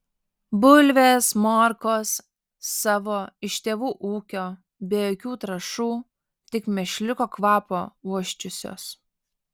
bulvės morkos savo iš tėvų ūkio be jokių trąšų tik mėšliuko kvapo uosčiusios